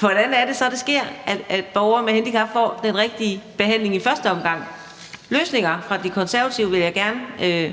hvordan vi sikrer, at det sker, at borgere med handicap får den rigtige behandling i første omgang. Løsninger fra De Konservative vil jeg gerne